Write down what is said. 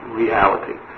reality